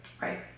Right